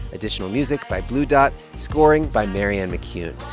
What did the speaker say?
additional music by blue dot, scoring by marianne mccune.